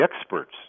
experts